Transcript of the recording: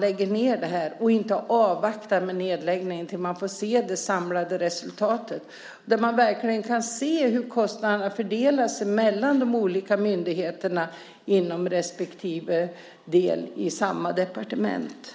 lägger ned här och inte avvaktar med nedläggningen tills man får se det samlade resultatet, där man verkligen kan se hur kostnaderna fördelar sig mellan de olika myndigheterna inom respektive del i samma departement.